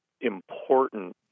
important